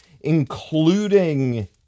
including